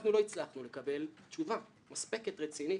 אנחנו לא הצלחנו לקבל תשובה מספקת ורצינית,